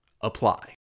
apply